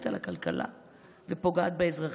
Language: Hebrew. מלחמת חורמה שמאיימת על הכלכלה ופוגעת באזרחים.